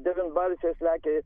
devynbalsės lekia